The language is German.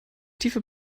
tiefe